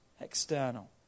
external